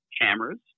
cameras